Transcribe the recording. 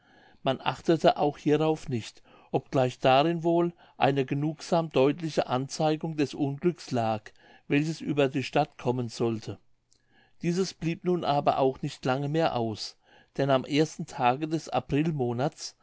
man achtete auch hierauf nicht obgleich darin wohl eine genugsam deutliche anzeigung des unglücks lag welches über die stadt kommen sollte dieses blieb nun aber auch nicht lange mehr aus denn am ersten tage des